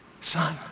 Son